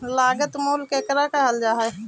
लागत मूल्य केकरा कहल जा हइ?